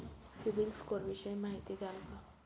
CIBIL score विषयी माहिती द्याल का?